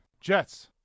Jets